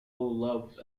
love